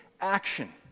action